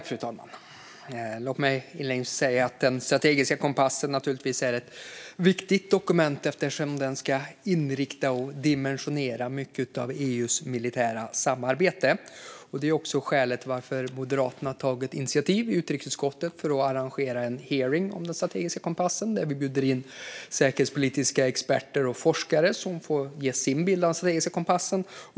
Fru talman! Den strategiska kompassen är naturligtvis ett viktigt dokument, eftersom den ska inrikta och dimensionera mycket av EU:s militära samarbete. Det är skälet till att Moderaterna i utrikesutskottet tagit initiativ till att arrangera en hearing där vi bjuder in säkerhetspolitiska experter och forskare som får ge sin bild av den strategiska kompassen.